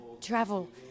travel